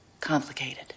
Complicated